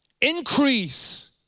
increase